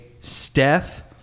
steph